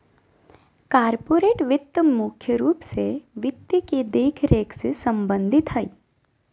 corporate वित्त मुख्य रूप से वित्त के देखरेख से सम्बन्धित हय